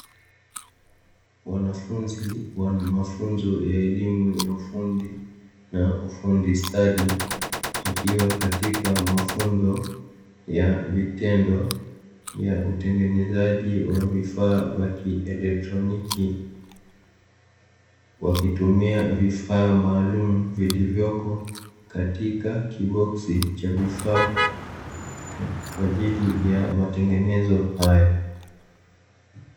Wanafunzi wana mafunzo ya elimu ya ufundi na ufundi stadi, wakiwa katika mafunzo ya vitendo ya utengenezaji wa vifaa vya kielektroniki, wakitumia vifaa maalum vilivyoko katika kiboksi cha vifaa, kwa ajili ya matengenezo hayo.